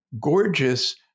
gorgeous